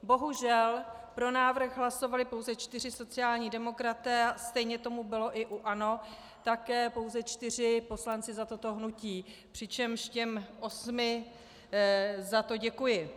Bohužel, pro návrh hlasovali pouze čtyři sociální demokraté a stejně tomu bylo i u ANO, také pouze čtyři poslanci za toto hnutí, přičemž těm osmi za to děkuji.